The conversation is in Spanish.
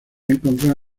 encontrar